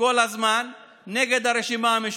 כל הזמן נגד הרשימה המשותפת.